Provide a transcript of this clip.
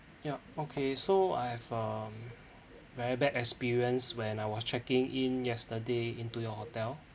yup okay so I have um very bad experience when I was checking in yesterday into your hotel